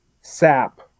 sap